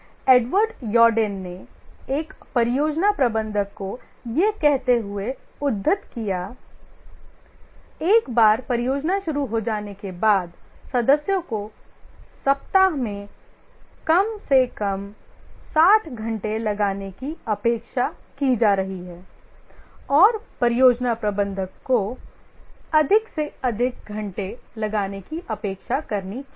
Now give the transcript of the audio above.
Edward Yourdon ने एक परियोजना प्रबंधक को यह कहते हुए उद्धृत किया एक बार परियोजना शुरू हो जाने के बाद सदस्यों को सप्ताह में कम से कम 60 घंटे लगाने की अपेक्षा की जा रही है और परियोजना प्रबंधक को अधिक से अधिक घंटे लगाने की अपेक्षा करनी चाहिए